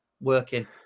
working